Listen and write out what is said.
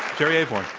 jerry avorn.